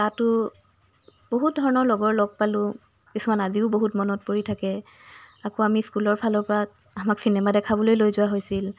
তাতো বহুত ধৰণৰ লগৰ লগ পালোঁ কিছুমান আজিও বহুত মনত পৰি থাকে আকৌ আমি স্কুলৰ ফালৰ পৰা আমাক চিনেমা দেখুৱাবলৈ লৈ যোৱা হৈছিল